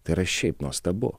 tai yra šiaip nuostabu